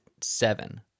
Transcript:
seven